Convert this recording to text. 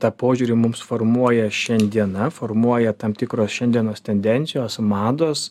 tą požiūrį mums formuoja šiandiena formuoja tam tikros šiandienos tendencijos mados